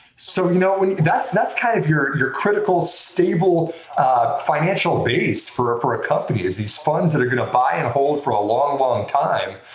so you know that's that's kind of your your critical, stable financial base for for a company, is these funds that are going to buy and hold for a long, long time.